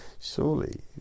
surely